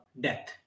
death